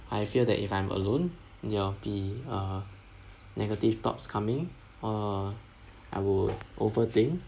I fear that if I'm alone there'll be uh negative thoughts coming uh I would over think